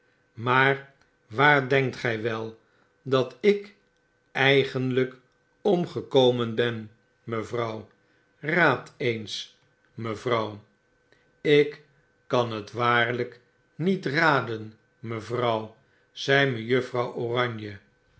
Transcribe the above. maar waar denkt gij wel dat ik eigenigk om gekomen ben mevrouw raad eens mevrouw lk kan het waarlgk niet raden mevrouw zei mejuffrouw oranje